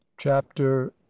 chapter